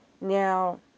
Now